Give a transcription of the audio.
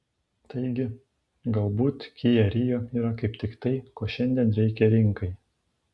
taigi galbūt kia rio yra kaip tik tai ko šiandien reikia rinkai